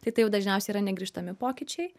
tai tai jau dažniausiai yra negrįžtami pokyčiai